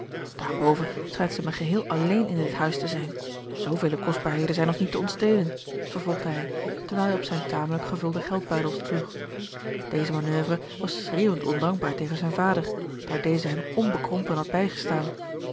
daarenboven schijnt zij mij geheel alléén in dit huis te zijn en zoovele kostbaarheden zijn ons niet te ontstelen vervolgde hij terwijl hij op zijn tamelijk gevulden geldbuidel sloeg deze manoeuvre was schreeuwend ondankbaar tegen zijn vader daar deze hem onbekrompen had bijgestaan